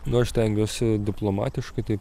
na aš stengiuosi diplomatiškai taip